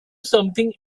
something